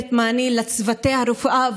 נותנת מענה לצוותי הרפואה,